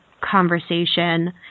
conversation